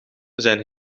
zijn